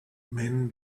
men